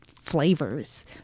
flavors